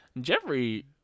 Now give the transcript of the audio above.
Jeffrey